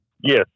Yes